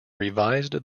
revised